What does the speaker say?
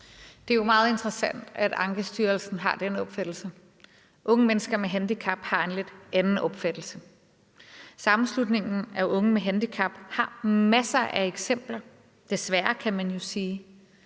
Det er jo meget interessant, at Ankestyrelsen har den opfattelse; unge mennesker med handicap har en lidt anden opfattelse. Sammenslutningen af Unge Med Handicap har masser af eksempler – desværre, kan man jo sige